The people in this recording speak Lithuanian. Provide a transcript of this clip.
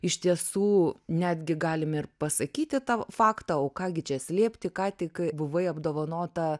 iš tiesų netgi galim ir pasakyti tą faktą o ką gi čia slėpti ką tik buvai apdovanota